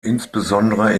insbesondere